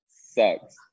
sucks